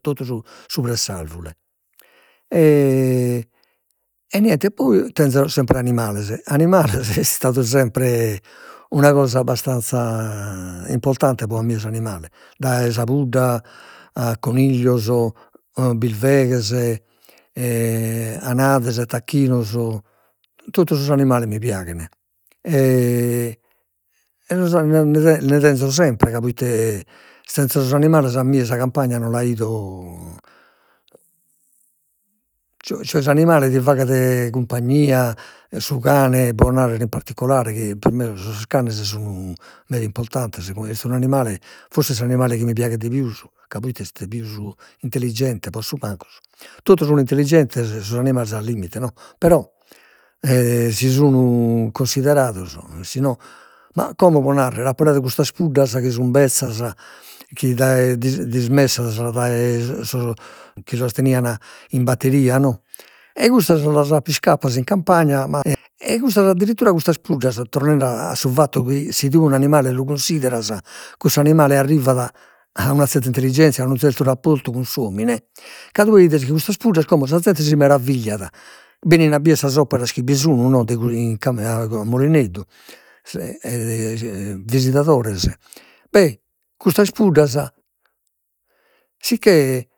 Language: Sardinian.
Totu su- supra a s'arvure e niente, e poi tenzo sempre animales, animales est istadu sempre una cosa abbastanza importante, pro a mie s'animale, dai sa pudda, a coniglios birveghes anades e tacchinos, totu sos animales mi piaghen nde tenzo sempre ca proite senza sos animales a mie sa campagna non la 'ido, cioè s'animale ti faghet cumpagnia su cane pro narrere in particolare chi pro me sos canes sun pro me meda importantes poi est un'animale, forsis est s'animale chi mi piaghet de pius, ca proite est pius intelligente, pro su mancus, totu sun intelligentes sos animales al limite no, però si sun considerados si no, ma como pro narrer apo leadu custas puddas chi sun bezzas chi dae sos chi las tenian in batteria no, ei custas las apo iscappas in campagna ma e e custas addirittura custas puddas torrende a su fattu chi si tue un animale lu cunsideras cuss'animale arrivat a una zerta intelligenzia, unu zertu rapportu cun s'omine ca tue 'ides chi custas puddas como sa zente si meravigliat, benin a biere sas operas chi bi sun no de Mulineddu, se e visidadores, beh custas puddas si che